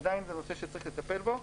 עדיין זה נושא שצריך לטפל בו,